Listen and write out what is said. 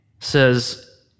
says